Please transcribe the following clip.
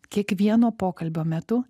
kiekvieno pokalbio metu